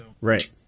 Right